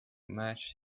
match